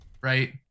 right